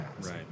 Right